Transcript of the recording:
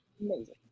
amazing